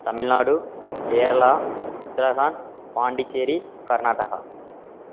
Tamil Nadu Kerala Uttarakhand Pondicherry Karnataka